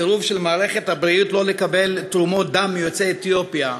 הסירוב של מערכת הבריאות לקבל תרומות דם מיוצאי אתיופיה,